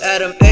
Adam